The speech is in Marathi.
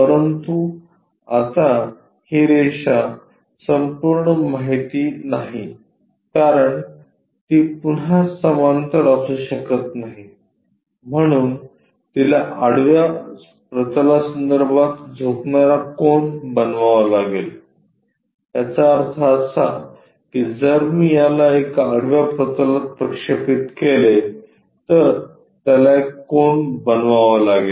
परंतु आता ही रेषा संपूर्ण माहिती नाही कारण ती पुन्हा समांतर असू शकत नाही म्हणून तिला आडव्या प्रतलासंदर्भात झुकणारा कोन बनवावा लागेल याचा अर्थ असा जर मी याला एका आडव्या प्रतलात प्रक्षेपित केले तर त्याला एक कोन बनवावा लागेल